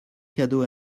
cadeau